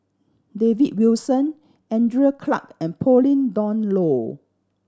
David Wilson Andrew Clarke and Pauline Dawn Loh